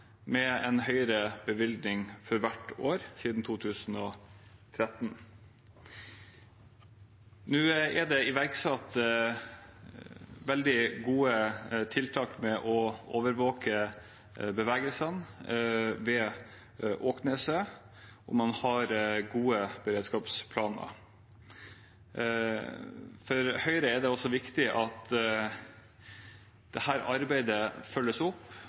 med en høyere bevilgning for hvert år siden 2013. Nå er det iverksatt veldig gode tiltak for å overvåke bevegelsene ved Åkneset, og man har gode beredskapsplaner. For Høyre er det også viktig at dette arbeidet følges opp,